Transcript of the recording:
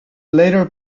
later